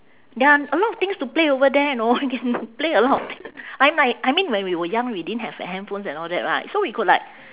ya a lot of things to play over there you know can play a lot of thing I mean like I mean when we were young we didn't have handphones and all that right so we could like